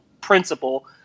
principle